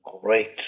great